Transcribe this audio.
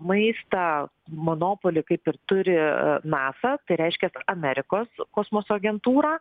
maistą monopolį kaip ir turi nasa tai reiškias amerikos kosmoso agentūra